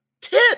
tip